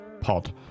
pod